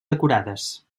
decorades